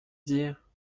dire